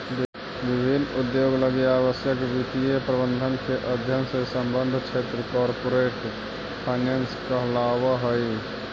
विभिन्न उद्योग लगी आवश्यक वित्तीय प्रबंधन के अध्ययन से संबद्ध क्षेत्र कॉरपोरेट फाइनेंस कहलावऽ हइ